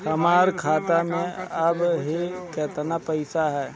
हमार खाता मे अबही केतना पैसा ह?